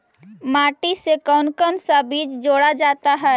माटी से कौन कौन सा बीज जोड़ा जाता है?